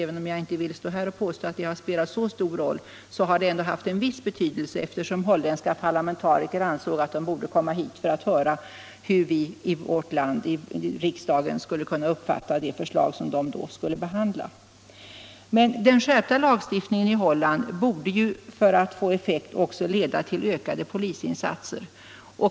Även om jag inte vill stå här och påstå att de spelat så stor roll, har de ändå haft en viss betydelse, eftersom holländska parlamentariker ansåg att de borde komma hit för att höra hur vi i vår riksdag skulle kunna uppfatta det förslag de då skulle behandla. Men den skärpta lagstiftningen i Holland borde, för atv få effekt, också leda till ökade polisinsatser.